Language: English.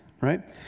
right